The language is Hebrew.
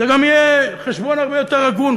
זה גם יהיה חשבון הרבה יותר הגון,